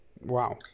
Wow